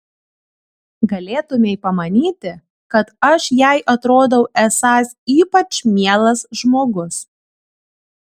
galėtumei pamanyti kad aš jai atrodau esąs ypač mielas žmogus